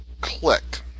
Click